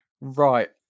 Right